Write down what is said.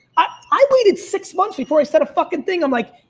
ah i waited six months before i start a fucking thing. i'm like,